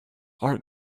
are